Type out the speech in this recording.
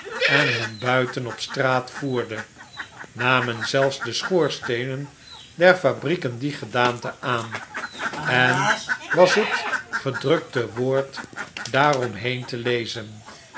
en hen buiten op straat voerde namen zelfs de schoorsteenen der fabrieken die gedaante aan en was het gedrukte woord daaromheen te lezen